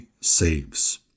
saves